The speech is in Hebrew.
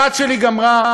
הבת שלי גמרה,